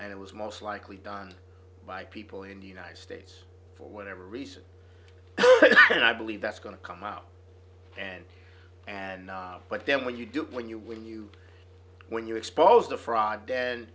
and it was most likely done by people in the united states for whatever reason i mean i believe that's going to come out and and but then when you do when you when you when you expose the fraud